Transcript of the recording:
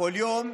כל יום"